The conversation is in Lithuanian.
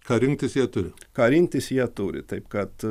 ką rinktis jie turi ką rinktis jie turi taip kad